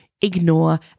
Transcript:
ignore